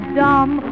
dumb